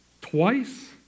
twice